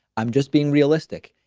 i'm just being realistic.